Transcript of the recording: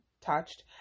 touched